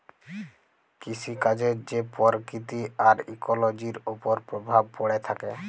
কিসিকাজের যে পরকিতি আর ইকোলোজির উপর পরভাব প্যড়ে থ্যাকে